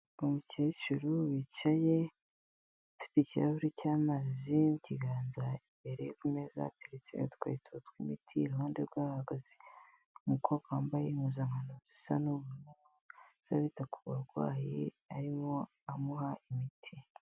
Umukecuru wicaye, afite ikirahuri cy'amazi mu kiganza imbere kumezaza hateretse udukarito tw'imiti iruhande hahagaze umukobwa wambaye impuzankano zisa n'ubururu z'abita ku barwayi arimo amuha imiti.